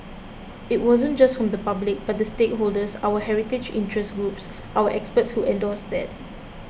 it wasn't just from the public but the stakeholders our heritage interest groups our experts who endorsed that